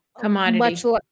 Commodity